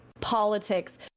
politics